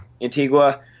Antigua